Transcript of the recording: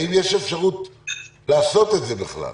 האם יש אפשרות לעשות את זה בכלל?